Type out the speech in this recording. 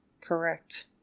Correct